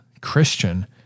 Christian